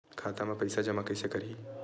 खाता म पईसा जमा कइसे करही?